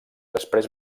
després